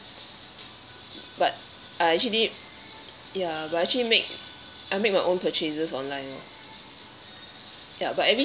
but I actually ya but I actually make I make my own purchases online loh ya but every